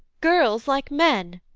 girls, like men!